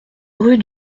rue